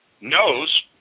knows